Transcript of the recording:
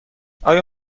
آیا